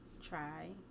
try